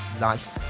life